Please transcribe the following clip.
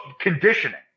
conditioning